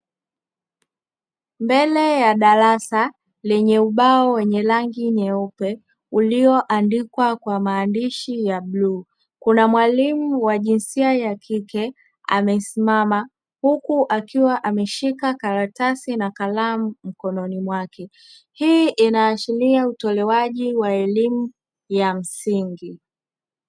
Mbele ya darasa lenye ubao wenye rangi nyeupe ulioandikwa kwa maandishi ya bluu kuna mwalimu wa jinsia ya kike amesimama akiwa ameshika kalamu na karatasi mkononi mwake. Hii inaashiria utolewaji wa elimu ya msingi.